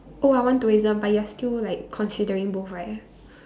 oh I want tourism but you are still like considering both right